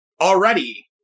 already